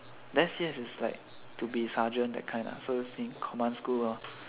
S_A_S is like is to be like sergeant that kind ah so is command school lor